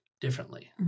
differently